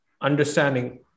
understanding